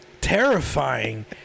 terrifying